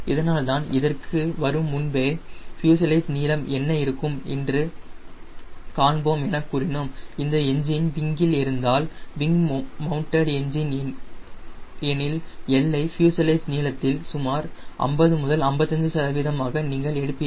இதனால்தான் இதற்கு வரும் முன்பே ஃப்யூஸலேஜ் நீளம் என்ன இருக்கும் என்று காண்போம் என கூறினோம் இந்த எஞ்சின் விங்கில் இருந்தால் விங் மௌண்ட்டடு எஞ்சின் எனில் L ஐ ஃப்யூஸலேஜ் நீளத்தில் சுமார் 50 முதல் 55 சதவீதமாக நீங்கள் எடுப்பீர்கள்